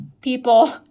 people